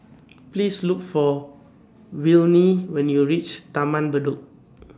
Please Look For Willene when YOU REACH Taman Bedok